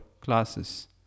classes